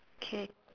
K